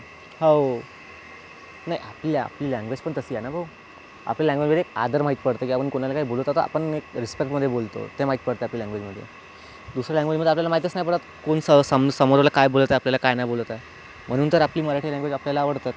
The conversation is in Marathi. हो नाही आपली लॅ आपली लँग्वेज पण तशी आहे ना भाऊ आपल्या लँग्वेजमध्ये आदर माहीत पडतं की आपण कोणाला काय बोलत आहे तर आपण एक रिस्पेक्टमध्ये बोलतो ते माहीत पडतं आपल्या लँग्वेजमध्ये दुसऱ्या लँग्वेजमध्ये आपल्याला माहीतच नाही पडत कोण स सम समोरवाला काय बोलत आहे आपल्याला काय नाही बोलत आहे म्हणून तर आपली मराठी लँग्वेज आपल्याला आवडतात